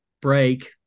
break